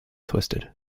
twisted